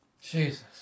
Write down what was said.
Jesus